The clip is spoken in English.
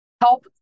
help